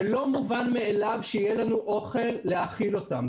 לא מובן מאליו שיהיה לנו אוכל להאכיל אותם.